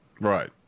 right